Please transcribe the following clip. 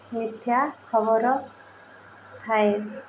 ମିଥ୍ୟା ଖବର ଥାଏ